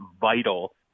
vital